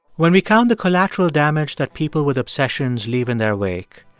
when we count the collateral damage that people with obsessions leave in their wake,